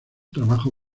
trabajo